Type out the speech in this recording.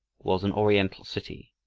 was an oriental city,